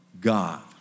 God